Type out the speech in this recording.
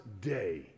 day